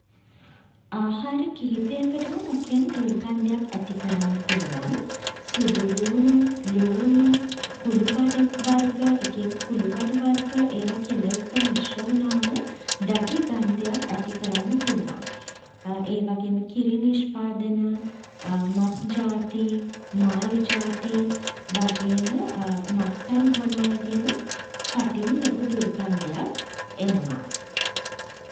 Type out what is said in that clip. ආහාර කිහිපයකටම මුඛයෙන් දුර්ගන්ධයක් ඇති කරන්න පුළුවන් සුදුළූණු, ළූණු, කුළුබඩු වර්ග, එක එක කුළුබඩු වර්ග ඒවා කෙළ එක්ක මිශ්‍ර වුණාම දැඩි ගන්ධයක් ඇති කරන්න පුළුවන්. ඒවගේම කිරි නිෂ්පාදන, මස් ජාති, මාළු ජාති වගේම මත්පැන් බොන අයගෙනුත් කටින් ලොකු දුර්ගන්ධයක් එනවා.